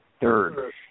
third